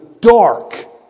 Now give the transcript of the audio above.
dark